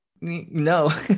no